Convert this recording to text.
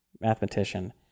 mathematician